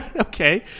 Okay